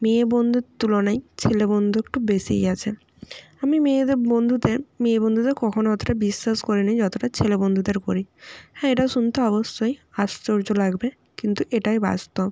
মেয়ে বন্ধুর তুলনায় ছেলে বন্ধু একটু বেশিই আছে আমি মেয়েদের বন্ধুদের মেয়ে বন্ধুদের কখনো অতোটা বিশ্বাস করি না যতোটা ছেলে বন্ধুদের করি হ্যাঁ এটা শুনতে অবশ্যই আশ্চর্য লাগবে কিন্তু এটাই বাস্তব